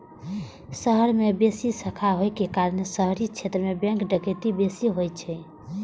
शहर मे बेसी शाखा होइ के कारण शहरी क्षेत्र मे बैंक डकैती बेसी होइ छै